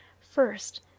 first